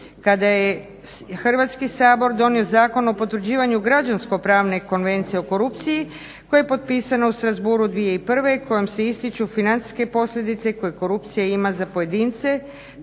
kada je Hrvatski sabor donio Zakon o potvrđivanju Građansko-pravne konvencije o korupciji koja je potpisana u Strassbourgu 2001., kojom se ističu financijske posljedice koje korupcija ima za pojedince,